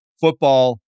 football